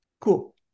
Cool